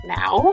now